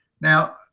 Now